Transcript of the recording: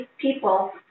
people